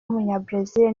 w’umunyabrazil